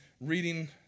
reading